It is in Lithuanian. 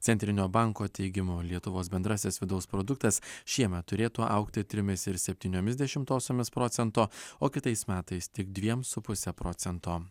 centrinio banko teigimu lietuvos bendrasis vidaus produktas šiemet turėtų augti trimis ir septyniomis dešimtosiomis procento o kitais metais tik dviem su puse procento